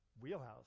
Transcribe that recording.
wheelhouse